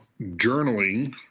journaling